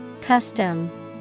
Custom